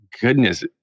goodness